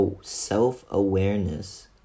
self-awareness